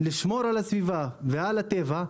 לשמור על הסביבה ועל הטבע?